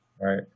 Right